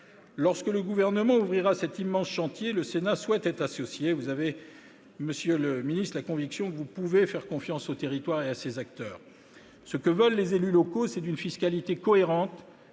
Lorsque le Gouvernement ouvrira cet immense chantier, le Sénat souhaite y être associé. Vous avez la conviction, monsieur le secrétaire d'État, que vous pouvez faire confiance aux territoires et à ses acteurs. Ce que veulent les élus locaux, c'est une fiscalité cohérente